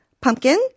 pumpkin